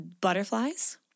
butterflies